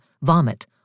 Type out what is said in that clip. vomit